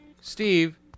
Steve